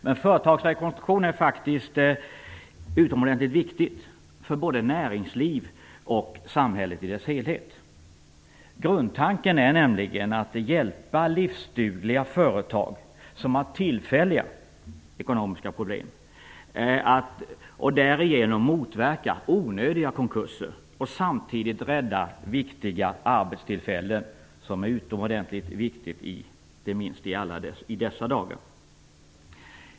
Men företagsrekonstruktion är faktiskt utomordenligt viktigt för både näringsliv och samhället i dess helhet. Grundtanken är nämligen att hjälpa livsdugliga företag som har tillfälliga ekonomiska problem och därigenom motverka onödiga konkurser och samtidigt rädda viktiga arbetstillfällen, vilket är utomordentligt viktigt inte minst i dessa dagar.